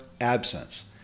absence